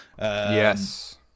yes